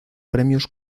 premios